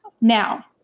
Now